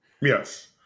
Yes